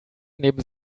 neben